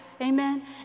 Amen